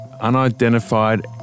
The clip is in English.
Unidentified